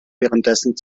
währenddessen